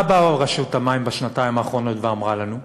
מה באה רשות המים בשנתיים האחרונות ואמרה לנו?